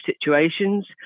situations